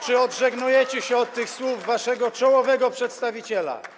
Czy odżegnujecie się od tych słów waszego czołowego przedstawiciela?